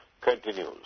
continues